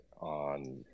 on